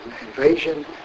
invasion